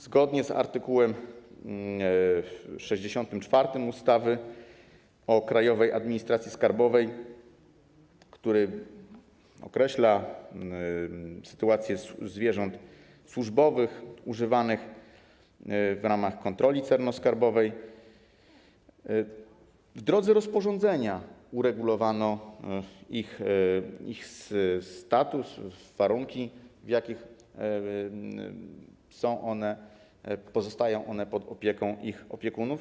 Zgodnie z art. 64 ustawy o Krajowej Administracji Skarbowej, który określa sytuację zwierząt służbowych używanych w ramach kontroli celno-skarbowej, w drodze rozporządzenia uregulowano ich status oraz warunki, w których pozostają one pod opieką opiekunów.